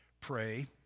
pray